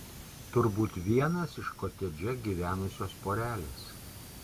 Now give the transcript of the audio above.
turbūt vienas iš kotedže gyvenusios porelės